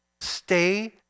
Stay